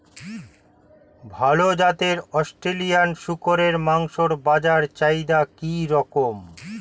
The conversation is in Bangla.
ভাল জাতের অস্ট্রেলিয়ান শূকরের মাংসের বাজার চাহিদা কি রকম?